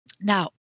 Now